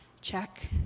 check